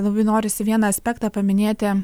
labai norisi vieną aspektą paminėti